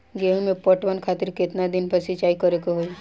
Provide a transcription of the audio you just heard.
गेहूं में पटवन खातिर केतना दिन पर सिंचाई करें के होई?